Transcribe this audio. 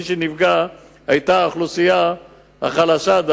מי שנפגע היה דווקא האוכלוסייה החלשה.